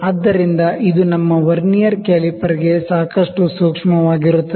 ಆದ್ದರಿಂದ ಇದು ನಮ್ಮ ವರ್ನಿಯರ್ ಕ್ಯಾಲಿಪರ್ಗೆ ಸಾಕಷ್ಟು ಸೂಕ್ಷ್ಮವಾಗಿರುತ್ತದೆ